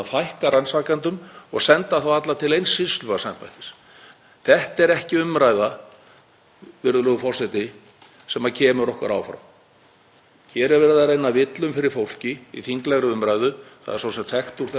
Hér er verið að reyna að villa um fyrir fólki í þinglegri umræðu, það er svo sem þekkt úr þessum ranni, og það er miður, virðulegur forseti. Það er full ástæða til að forsætisnefnd ræði það hvernig sumir þingmenn geta hagað sér í þeim efnum.